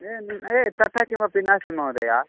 ए न् ए तथा किमपि नास्ति महोदया